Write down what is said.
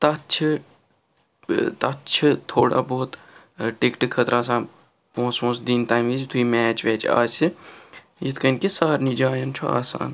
تَتھ چھِ تَتھ چھِ تھوڑا بہت ٹِکٹہٕ خٲطرٕ آسان پۅنٛسہٕ وۅنٛسہٕ دِنۍ تَمہِ وِزِ یِتھُے میچ ویچ آسہِ یِتھٕ کٔنۍ کہِ سارنٕے جایَن چھُ آسان